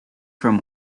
from